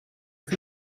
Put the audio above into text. que